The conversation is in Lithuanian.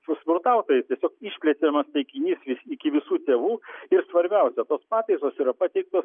su smurtautojas tiesiog išplečiamas taikinys iki iki visų tėvų ir svarbiausia tos pataisos yra pateiktos